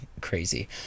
crazy